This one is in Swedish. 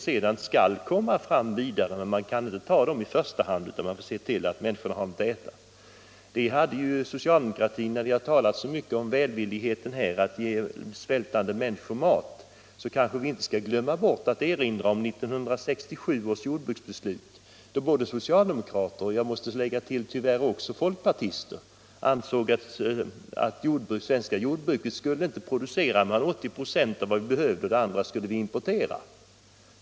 Sedan skall man ta itu med utbildning och miljöproblem. När vi talar så mycket om nödvändigheten att ge svältande människor mat kanske vi skall erinra om 1967 års jordbruksbeslut. Både socialdemokraterna och tyvärr också folkpartister ansåg då att det svenska jordbruket inte skulle producera mer än 80 96 av vad vi behövde, och resten skulle vi importera.